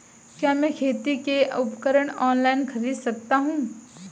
क्या मैं खेती के उपकरण ऑनलाइन खरीद सकता हूँ?